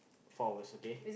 four hours okay